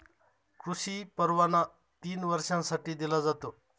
कृषी परवाना तीन वर्षांसाठी दिला जातो